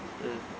mm